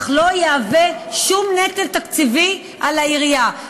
אך לא יהווה שום נטל תקציבי על העירייה,